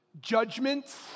judgments